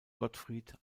gottfried